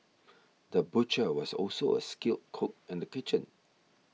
the butcher was also a skilled cook in the kitchen